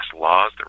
laws